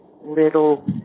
little